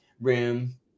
room